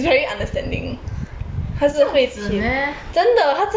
他是 meh